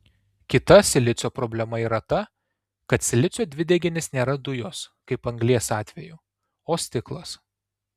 kita silicio problema yra ta kad silicio dvideginis nėra dujos kaip anglies atveju o stiklas